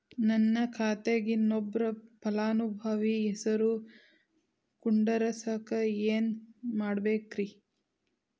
ನನ್ನ ಖಾತೆಕ್ ಇನ್ನೊಬ್ಬ ಫಲಾನುಭವಿ ಹೆಸರು ಕುಂಡರಸಾಕ ಏನ್ ಮಾಡ್ಬೇಕ್ರಿ?